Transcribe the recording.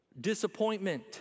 Disappointment